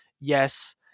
yes